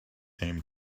came